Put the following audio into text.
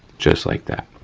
just like that,